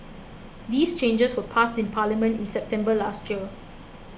these changes were passed in Parliament in September last year